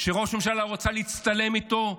שראש הממשלה לא רצה להצטלם איתו,